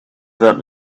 that